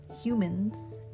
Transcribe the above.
humans